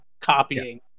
copying